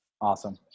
Awesome